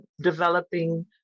developing